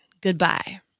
goodbye